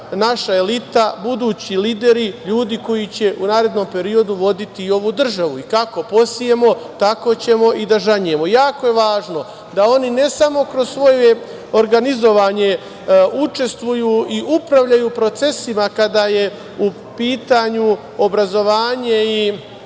naša elita, budući lideri, ljudi koji će u narednom periodu voditi ovu državu. Kako posijemo, tako ćemo i da žanjemo. Jako je važno da oni ne samo kroz svoje organizovanje učestvuju i upravljaju procesima kada je u pitanju obrazovanje i